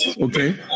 okay